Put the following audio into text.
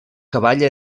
cavall